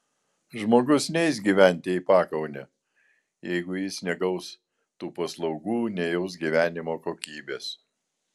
žmogus neis gyventi į pakaunę jeigu jis negaus tų paslaugų nejaus gyvenimo kokybės